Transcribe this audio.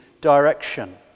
direction